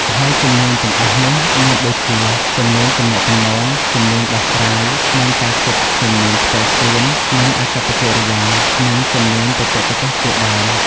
ហើយជំនាញទាំងអស់នោះមានដូចជា ជំនាញទំនាក់ទំនង ជំនាញដោះស្រាយ និងការគិត ជំនាញផ្ទាល់ខ្លួន និងអាកប្បកិរិយា និងជំនាញបច្ចេកទេសជាដើម។